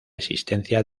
existencia